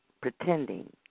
pretending